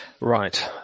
Right